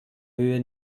höhe